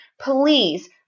please